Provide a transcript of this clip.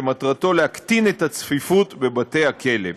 ומטרתו להקטין את הצפיפות בבתי-הכלא.